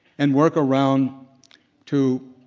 and work around to